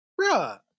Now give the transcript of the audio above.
bruh